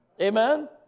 amen